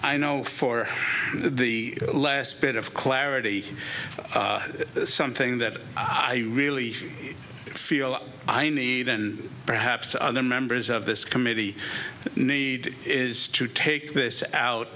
i know for the last bit of clarity that something that i really feel i need and perhaps other members of this committee need is to take this out